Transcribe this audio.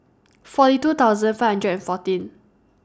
forty two thousand five hundred and fourteen